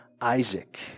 Isaac